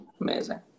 Amazing